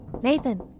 Nathan